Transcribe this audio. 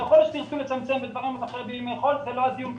יכול שתרצו לצמצם בדברים אחרים בימי חול זה לא הדיון כרגע.